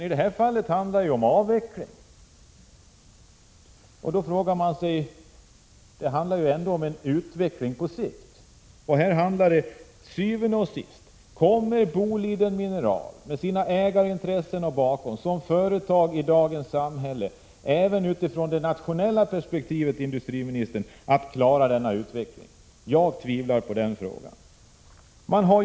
I det här fallet handlar det emellertid om avveckling. Eftersom det ändå handlar om en utveckling på sikt, måste jag til syvende og sidst fråga industriministern: Kommer Boliden Mineral med dess ägarintressen att som företag i dagens samhälle även utifrån det nationella perspektivet klara denna utveckling? Jag tvivlar på att man gör det.